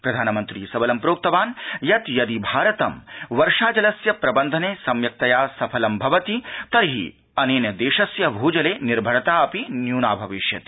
प्रधानमन्त्री सबलं प्रोक्तवान् यत् यदि भारतं वर्षाजलस्य प्रबन्धने सम्यक्तया सफलं भवति तर्हि अनेन देशस्य भूजले निर्भरता अपि न्यूना भविष्यति